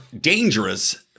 dangerous